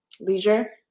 leisure